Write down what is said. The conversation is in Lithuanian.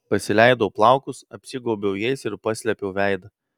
pasileidau plaukus apsigaubiau jais ir paslėpiau veidą